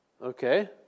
Okay